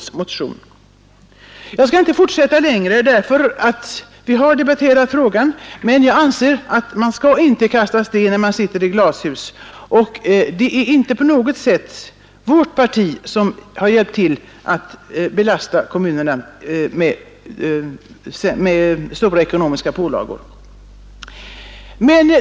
Höjda bostadstill Jag skall inte fortsätta längre men jag anser som sagt att man inte skall lägg för barnfamil kasta sten när man sitter i glashus, och det är inte på något sätt vårt parti jer, m.m. som har hjälpt till att belasta kommunerna med stora ekonomiska pålagor.